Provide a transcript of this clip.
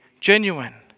genuine